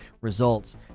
results